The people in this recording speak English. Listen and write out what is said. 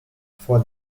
for